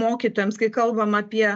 mokytojams kai kalbam apie